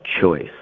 choice